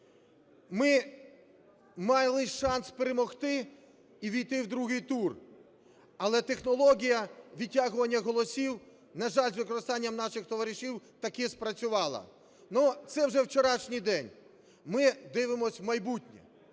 Ми мали шанс перемогти і увійти в другий тур, але технологія відтягування голосів, на жаль, з використанням наших товаришів, таки спрацювала. Ну, це вже вчорашній день, ми дивимося в майбутнє.